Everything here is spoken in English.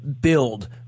Build